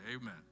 Amen